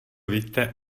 víte